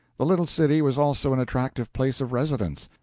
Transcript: the little city was also an attractive place of residence.